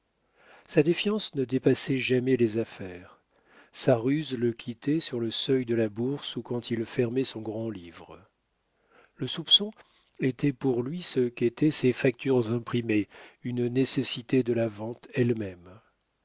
sa défiance ne dépassait jamais les affaires sa ruse le quittait sur le seuil de la bourse ou quand il fermait son grand livre le soupçon était pour lui ce qu'étaient ses factures imprimées une nécessité de la vente elle-même